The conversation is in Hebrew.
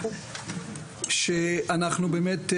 שאנחנו באמת,